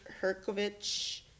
Herkovich